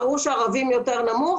ברור שערבים יותר נמוך,